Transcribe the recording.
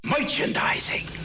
merchandising